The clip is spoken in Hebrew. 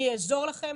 אני אעזור לכם.